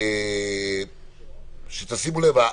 שימו לב,